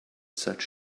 such